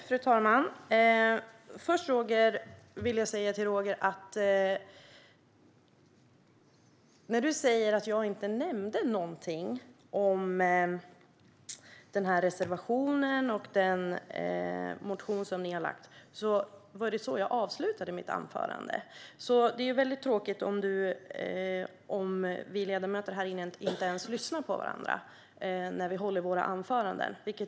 Fru talman! Först vill jag säga till Roger: Du sa att jag inte nämnde något om reservationen och den motion som ni har lagt fram, men det var så jag avslutade mitt anförande. Det är väldigt tråkigt om vi ledamöter här inne inte ens lyssnar på varandra när vi håller våra anföranden.